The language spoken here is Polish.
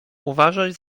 uważać